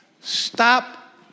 Stop